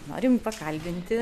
norim pakalbinti